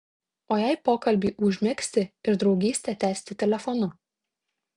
o jei pokalbį užmegzti ir draugystę tęsti telefonu